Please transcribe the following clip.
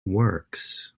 works